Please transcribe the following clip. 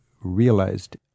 realized